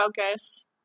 focus